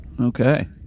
Okay